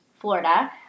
Florida